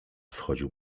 wchodził